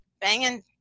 banging